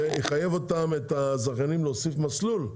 שיחייב את הזכיינים להוסיף מסלול,